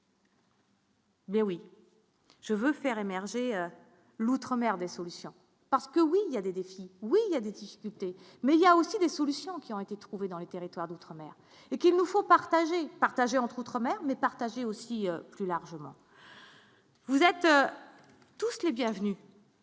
Mais oui, je veux faire émerger. L'Outre-mer, des solutions parce que oui, il y a des défis, oui, il y a des difficultés mais il y a aussi des solutions qui ont été trouvés dans les territoires d'outre-mer et qu'il nous faut partager, partager entre autres mais partagée aussi plus largement. Vous êtes tous les bienvenus.